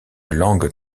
langue